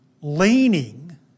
leaning